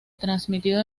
transmitido